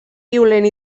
violent